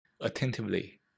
attentively